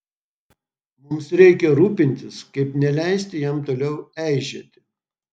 mums reikia rūpintis kaip neleisti jam toliau eižėti